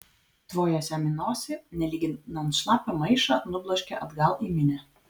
tvojęs jam į nosį nelyginant šlapią maišą nubloškė atgal į minią